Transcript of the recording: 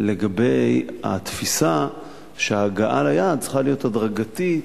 לגבי התפיסה שהגעה ליעד צריכה להיות הדרגתית,